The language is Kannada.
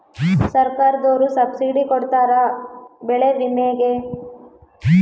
ಸರ್ಕಾರ್ದೊರು ಸಬ್ಸಿಡಿ ಕೊಡ್ತಾರ ಬೆಳೆ ವಿಮೆ ಗೇ